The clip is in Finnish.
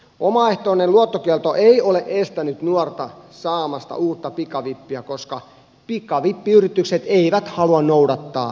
omaehtoinen luottokielto ei ole estänyt nuorta saamasta uutta pikavippiä koska pikavippiyritykset eivät halua noudattaa tällaista suositusta